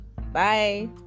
bye